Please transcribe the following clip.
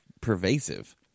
pervasive